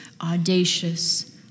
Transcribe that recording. audacious